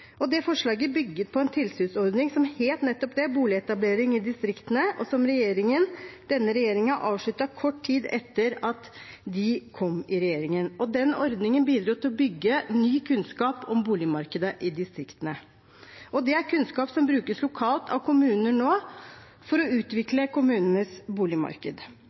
Det forslaget bygger på en tilsynsordning som het nettopp Boligetablering i distriktene, og som denne regjeringen avsluttet kort tid etter at den kom i regjering. Den ordningen bidro til å bygge ny kunnskap om boligmarkedet i distriktene, og det er kunnskap som brukes lokalt av kommuner nå for å utvikle kommunenes boligmarked.